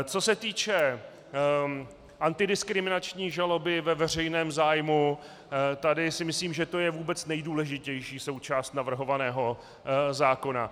Co se týče antidiskriminační žaloby ve veřejném zájmu, tady si myslím, že to je vůbec nejdůležitější součást navrhovaného zákona.